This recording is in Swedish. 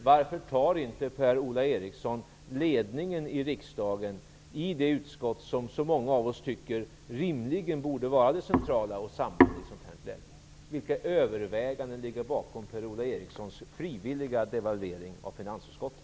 Varför tar inte Per-Ola Eriksson ledningen i riksdagen i det utskott som så många av oss tycker rimligen borde vara det centrala och samordnande i ett sådant här läge? Vilka överväganden ligger bakom Per-Ola Erikssons frivilliga devalvering av finansutskottet?